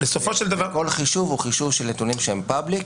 כל חישוב הוא חישוב של נתונים שהם public,